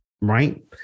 right